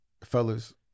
fellas